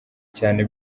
cyane